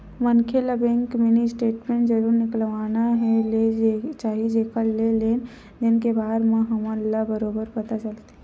मनखे ल bank mini statement जरूर निकलवा ले चाही जेखर ले लेन देन के बार म हमन ल बरोबर पता चलथे